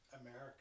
America